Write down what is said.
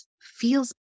feels